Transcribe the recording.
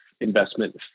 investment